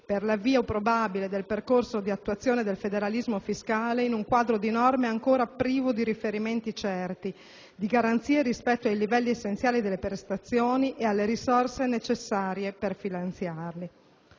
per l'avvio probabile del percorso di attuazione del federalismo fiscale in un quadro di norme ancora privo di riferimenti certi, di garanzie rispetto ai livelli essenziali delle prestazioni ed alle risorse necessarie a finanziarli.